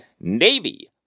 Navy